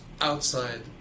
outside